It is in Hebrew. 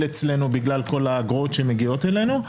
אצלנו בגלל כל האגרות שמגיעות אלינו.